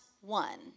one